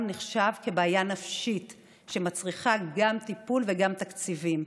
נחשב לבעיה נפשית שמצריכה גם טיפול וגם תקציבים.